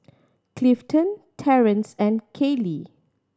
Clifton Terrance and Kallie